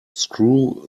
screw